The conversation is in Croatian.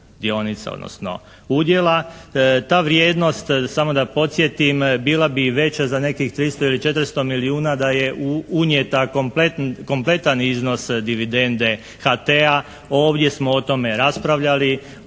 odnosno udjela. Ta vrijednost samo da podsjetim bila bi i veća za nekih 300 ili 400 milijuna da je unijeta kompletan iznos dividende HT-a, ovdje smo o tome raspravljali,